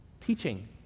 Teaching